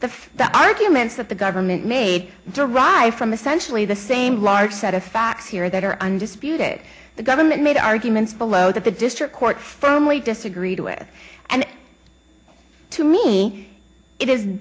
the arguments that the government made derive from essentially the same large set of facts here that are undisputed the government made arguments below that the district court firmly disagreed with and to me it is